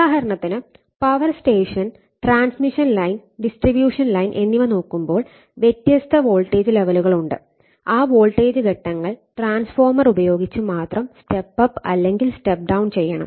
ഉദാഹരണത്തിന് power station transmission line distribution line എന്നിവ നോക്കുമ്പോൾ വ്യത്യസ്ത വോൾട്ടേജ് ലെവലുകൾ ഉണ്ട് ആ വോൾട്ടേജ് ഘട്ടങ്ങൾ ട്രാൻസ്ഫോർമറുകൾ ഉപയോഗിച്ച് മാത്രം സ്റ്റെപ് അപ്പ് അല്ലെങ്കിൽ സ്റ്റെപ് ഡൌൺ ചെയ്യണം